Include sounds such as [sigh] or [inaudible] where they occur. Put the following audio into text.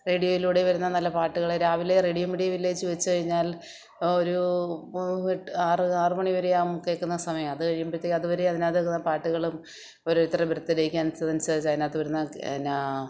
റേഡിയോയിലൂടെ വരുന്ന നല്ല പാട്ടുകള് രാവിലെ റേഡിയോ മീഡിയ വില്ലേജ് വച്ചുകഴിഞ്ഞാൽ ഒരൂ ഇപ്പോള് എട്ട് ആറ് ആറുമണിവരെയും ആം കേള്ക്കുന്ന സമയമാണ് അത് കഴിയുമ്പോഴത്തേക്കും അതുവരെയും അതിനകത്ത് കേള്ക്കുന്ന പാട്ടുകളും ഓരോരുത്തരുടെ ബർത്ത്ഡേയ്ക്ക് [unintelligible] അതിനകത്ത് വരുന്ന എന്നാ